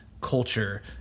culture